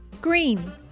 green